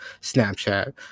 Snapchat